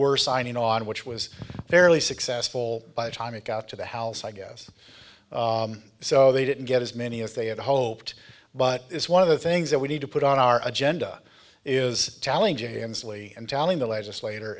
were signing on which was fairly successful by time it got to the house i guess so they didn't get as many as they had hoped but it's one of the things that we need to put on our agenda is challenging ensley and telling the legislator